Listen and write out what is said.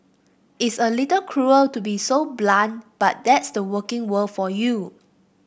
it's a little cruel to be so blunt but that's the working world for you